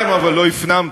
קראתם אבל לא הפנמתם,